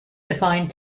defined